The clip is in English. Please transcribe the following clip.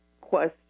question